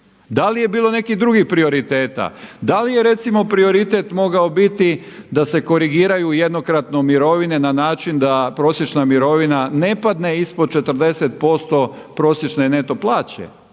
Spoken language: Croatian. Da li je bilo nekih drugih prioriteta? Da li je recimo prioritet mogao biti da se korigiraju jednokratno mirovine na način da prosječna mirovina ne padne ispod 40% prosječne neto plaće,